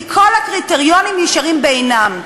כי כל הקריטריונים נשארים בעינם.